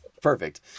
perfect